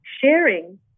sharing